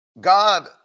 God